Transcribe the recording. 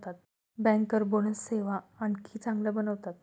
banker bonus सेवा आणखी चांगल्या बनवतात